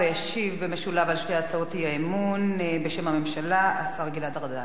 ישיב במשולב על שתי הצעות אי-האמון בשם הממשלה השר גלעד ארדן.